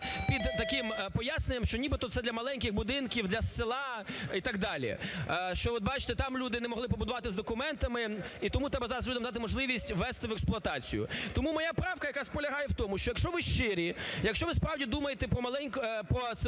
під таким поясненням, що нібито це для маленьких будинків, для села і так далі, що, от бачите, там люди не могли побудувати з документами і тому треба зараз людям дати можливість ввести в експлуатацію. Тому моя правка якраз полягає в тому, що якщо ви щирі, якщо ви справді думаєте про село,